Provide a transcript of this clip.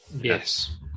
yes